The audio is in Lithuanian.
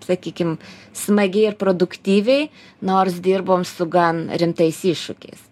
sakykim smagiai ir produktyviai nors dirbom su gan rimtais iššūkiais